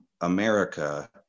america